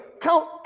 count